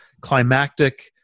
climactic